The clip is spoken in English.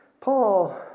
Paul